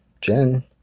Jen